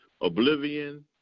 oblivion